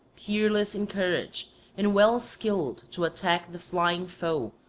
peerless in courage and well skilled to attack the flying foe,